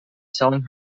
selling